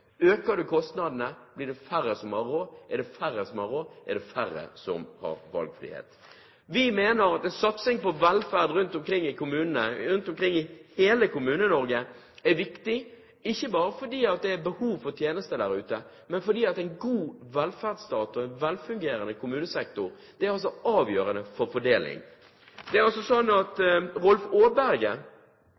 Øker man kostnadene, blir det færre som har råd. Er det færre som har råd, er det færre som har valgfrihet. Vi mener at en satsing på velferd rundt omkring i kommunene, rundt omkring i hele Kommune-Norge, er viktig, ikke bare fordi det er behov for tjenester der ute, men fordi en god velferdsstat og en velfungerende kommunesektor er avgjørende for fordeling. Rolf Aaberge, som er forsker ved Statistisk sentralbyrå, har sagt at